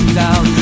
down